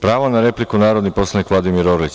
Pravo na repliku, narodni poslanik Vladimir Orlić.